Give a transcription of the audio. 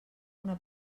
una